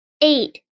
Eight